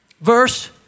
verse